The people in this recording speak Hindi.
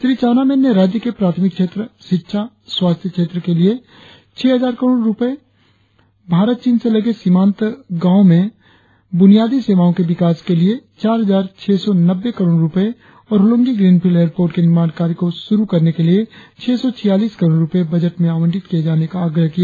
श्री चाउना मैन ने राज्य के प्राथमिक क्षेत्र शिक्षा और स्वास्थ्य क्षेत्र के लिए छह हजार करोड़ रुपेय भारत चीन से लगे सीमांत गांवो में ब्रनियादी सेवाओं के विकास के लिए चार हजार छह सौ नब्बे करोड़ रुपये और होलोंगी ग्रीन फील्ड एयरपोर्ट के निर्माण कार्य को शुरु करने के लिए छह सौ छियालीस करोड़ रुपये बजट में आवंटित किए जाने का आग्रह किया